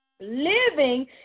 living